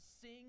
Sing